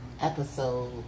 episode